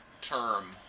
term